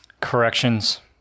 Corrections